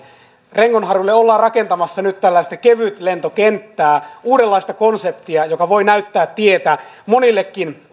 rengonharjulle ollaan rakentamassa nyt tällaista kevytlentokenttää uudenlaista konseptia joka voi näyttää tietä monillekin